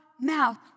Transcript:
mouth